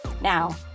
Now